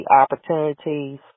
opportunities